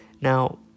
now